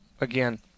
again